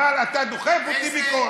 אבל אתה דוחף אותי בכוח.